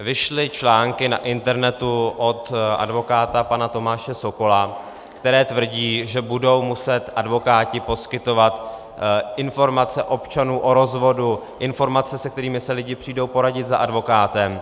Vyšly články na internetu od advokáta pana Tomáše Sokola, které tvrdí, že budou muset advokáti poskytovat informace občanů o rozvodu, informace, se kterými se lidi přijdou poradit za advokátem.